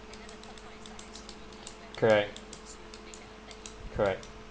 correct correct